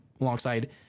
alongside